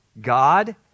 God